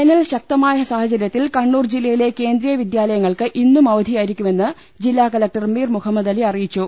വേനൽ ശക്തമായ സാഹചര്യത്തിൽ കണ്ണൂർ ജില്ലയിലെ കേന്ദ്രീയ വിദ്യാലയങ്ങൾക്ക് ഇന്നും അവധിയായിരിക്കുമെന്ന് ജില്ലാ കലക്ടർ മീർ മുഹമ്മദലി അറിയിച്ചു